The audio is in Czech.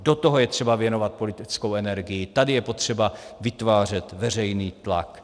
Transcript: Do toho je třeba věnovat politickou energii, tady je potřeba vytvářet veřejný tlak.